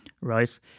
right